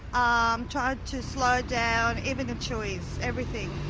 um tried to slow it down, even the chewies, everything.